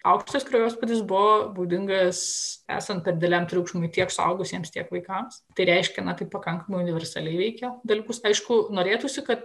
aukštas kraujospūdis buvo būdingas esant per dideliam triukšmui tiek suaugusiems tiek vaikams tai reiškiasi na tai pakankamai universaliai veikia dalykus aišku norėtųsi kad